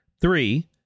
Three